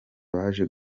baje